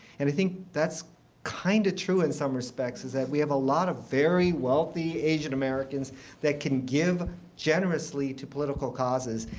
and i think that's kind of true in some respects, is that we have a lot of very wealthy asian-americans that can give generously to political causes.